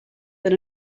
than